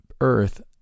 earth